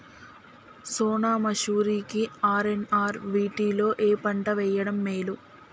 సోనా మాషురి కి ఆర్.ఎన్.ఆర్ వీటిలో ఏ పంట వెయ్యడం మేలు?